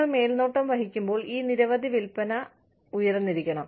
നിങ്ങൾ മേൽനോട്ടം വഹിക്കുമ്പോൾ ഈ നിരവധി വിൽപ്പന ഉയർന്നിരിക്കണം